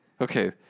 okay